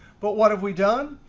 but what have we done?